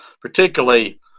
particularly